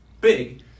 big